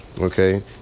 Okay